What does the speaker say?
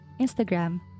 Instagram